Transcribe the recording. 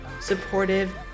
supportive